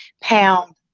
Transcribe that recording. pound